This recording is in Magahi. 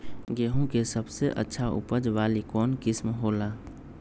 गेंहू के सबसे अच्छा उपज वाली कौन किस्म हो ला?